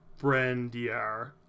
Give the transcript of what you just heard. Brandier